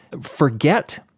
forget